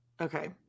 Okay